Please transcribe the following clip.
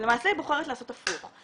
למעשה היא בוחרת לעשות הפוך.